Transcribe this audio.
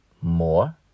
more